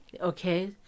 Okay